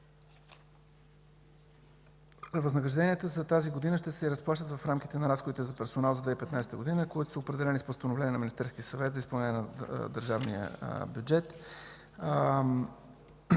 Възнагражденията за тази година ще се разплащат в рамките на разходите за персонал за 2015 г., които са определени с постановление на Министерския съвет за изпълнение на държавния бюджет.